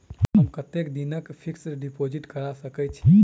हम कतेक दिनक फिक्स्ड डिपोजिट करा सकैत छी?